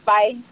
Bye